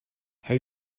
how